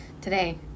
today